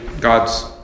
God's